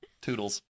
Toodles